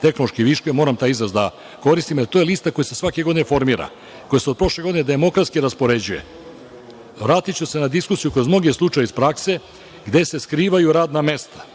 tehnološki viškovi, a ja moram taj izraz da koristim, jer to je lista koja se svake godine formira, koja se od prošle godine demokratski raspoređuje. Vratiću se kroz diskusiju, kroz mnoge slučajeve iz prakse, gde se skrivaju radna mesta